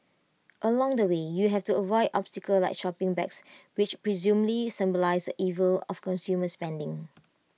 along the way you have to avoid obstacles like shopping bags which presumably symbolise the evils of consumer spending